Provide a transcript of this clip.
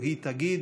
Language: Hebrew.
או היא תגיד,